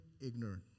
ignorant